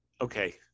okay